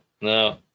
no